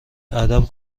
ادب